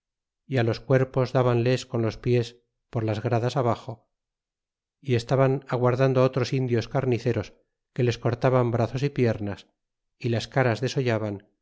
y los cuerpos dbanles con los pies por las gradas abaxo y estaban aguardando otros indios carniceros que les cortaban brazos y piernas y las caras desollaban